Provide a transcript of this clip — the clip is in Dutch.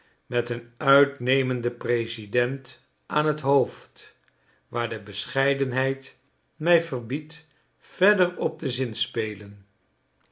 met een uitnemenden president aan t hoofd waar de bescheidenheid mi verbiedt verder op te zinspelen